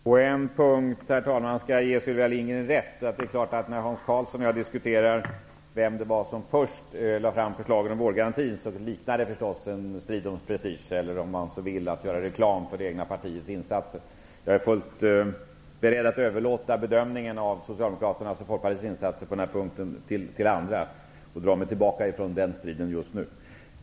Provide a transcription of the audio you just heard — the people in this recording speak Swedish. Herr talman! På en punkt skall jag ge Sylvia Lindgren rätt. När Hans Karlsson och jag diskuterar vem som först lade fram förslaget om vårdgaranti liknar det förstås en strid om prestige eller, om man så vill, att göra reklam för det egna partiets insatser. Jag är fullt beredd att överlåta bedömningen av Socialdemokraternas och Folkpartiets insatser till andra och dra mig tillbaka från den striden just nu.